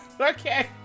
Okay